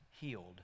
healed